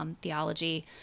theology